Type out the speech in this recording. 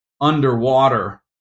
underwater